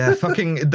and fucking.